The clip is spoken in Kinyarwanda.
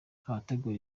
abategura